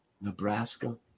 Nebraska